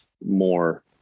more